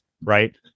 right